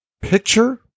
picture